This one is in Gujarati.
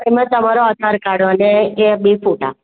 તમે તમારો આધાર કાર્ડ અને બે ફોટા